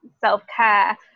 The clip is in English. self-care